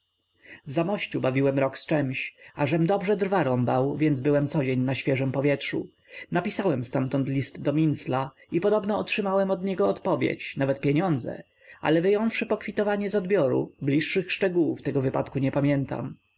w zamościu bawiłem rok z czemś a żem dobrze drwa rąbał więc byłem codzień na świeżem powietrzu napisałem ztamtąd list do mincla i podobno otrzymałem od niego odpowiedź nawet pieniądze ale wyjąwszy pokwitowania z odbioru bliższych szczegółów tego wypadku nie pamiętam